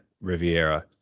Riviera